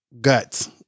guts